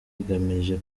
igamije